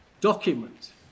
document